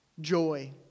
Joy